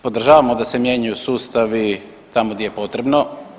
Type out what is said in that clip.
Podržavamo da se mijenjaju sustavi tamo gdje je potrebno.